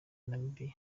namibia